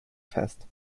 fest